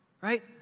right